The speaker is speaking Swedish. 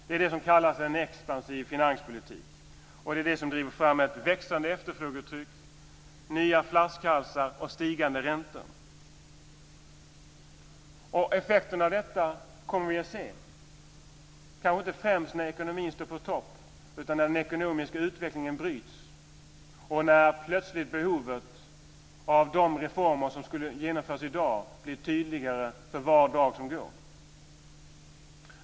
Det är det som kallas en expansiv finanspolitik, och det är det som driver fram ett växande efterfrågetryck, nya flaskhalsar och stigande räntor. Effekterna av detta kommer man att se, kanske inte främst när ekonomin står på topp utan när den ekonomiska utvecklingen bryts och när plötsligt behovet av de reformer som borde genomföras i dag blir tydligare för var dag som går.